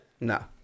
No